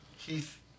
Keith